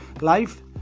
life